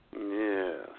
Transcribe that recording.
Yes